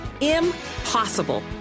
Impossible